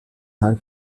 her